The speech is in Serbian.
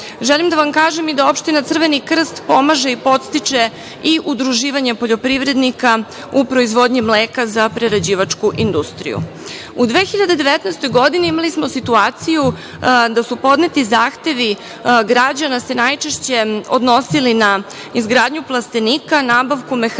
da vam kažem i da opština Crveni Krst pomaže i podstiče udruživanje poljoprivrednika u proizvodnji mleka za prerađivačku industriju.U 2019. godini imali smo situaciju da su se podneti zahtevi građana najčešće odnosili na izgradnju plastenika, nabavku mehanizacije